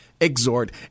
exhort